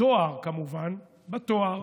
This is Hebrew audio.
בתואר, כמובן, בתואר